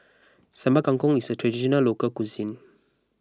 Sambal Kangkong is a Traditional Local Cuisine